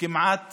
כמעט